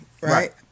right